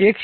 एक